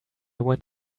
went